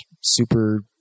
super